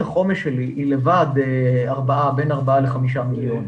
החומש שלי היא לבד בין 4 ל-5 מיליון.